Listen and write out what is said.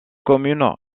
commune